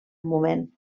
moment